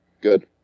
Good